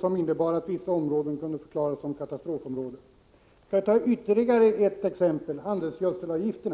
som innebar att vissa områden kunde förklaras som katastrofområden. Jag kan ta ytterligare ett exempel: handelsgödselavgifterna.